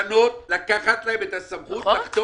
לקחת להם את הסמכות לחתום